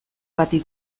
bati